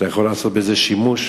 אתה יכול לעשות בזה שימוש,